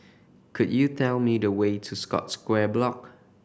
could you tell me the way to Scotts Square Block